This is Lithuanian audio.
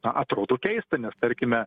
na atrodo keista nes tarkime